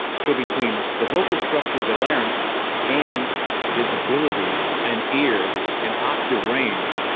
so between the vocal structure of the larynx and his ability and ear and octave range,